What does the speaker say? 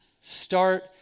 start